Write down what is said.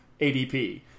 ADP